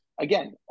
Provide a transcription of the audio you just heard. again